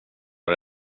har